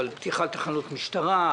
כמו למשל פתיחת תחנות משטרה,